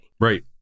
Right